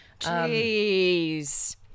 Jeez